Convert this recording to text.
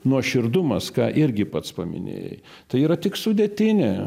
nuoširdumas ką irgi pats paminėjai tai yra tik sudėtinė